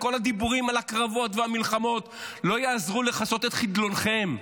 כל הדיבורים על הקרבות והמלחמות לא יעזרו לכסות את חדלונכם,